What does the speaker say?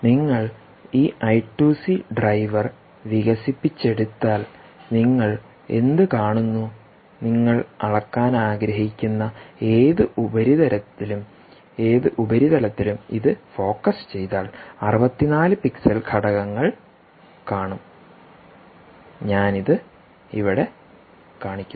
നിങ്ങൾ ഈ I two C driver വികസിപ്പിച്ചെടുത്താൽ നിങ്ങൾ എന്ത് കാണുന്നു നിങ്ങൾ അളക്കാൻ ആഗ്രഹിക്കുന്ന ഏത് ഉപരിതലത്തിലും ഇത് ഫോക്കസ് ചെയ്താൽ 64 പിക്സൽ ഘടകങ്ങൾ കാണുംഞാൻ അത് ഇവിടെ കാണിക്കുന്നു